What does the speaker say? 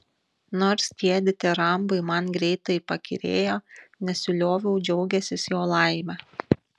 nors tie ditirambai man greitai pakyrėjo nesilioviau džiaugęsis jo laime